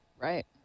Right